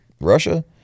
Russia